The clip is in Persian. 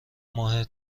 ماه